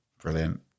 Brilliant